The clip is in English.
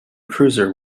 cruiser